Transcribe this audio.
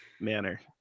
manner